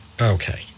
Okay